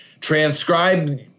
Transcribe